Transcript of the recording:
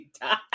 die